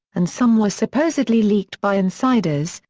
and some were supposedly leaked by insiders,